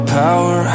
power